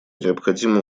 необходимо